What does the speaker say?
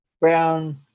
brown